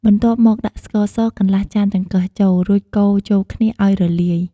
បន្ទាប់មក ដាក់ ស្ករស កន្លះចានចង្កឹះ ចូល រួចកូរចូលគ្នាឱ្យរលាយ។